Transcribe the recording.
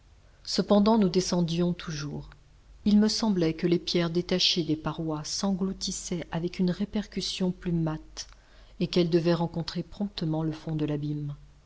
cependant nous descendions toujours il me semblait que les pierres détachées des parois s'engloutissaient avec une répercussion plus mate et qu'elles devaient rencontrer promptement le fond de l'abîme